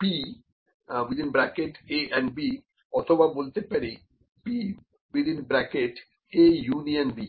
P অথবা বলতে পারি P A∪B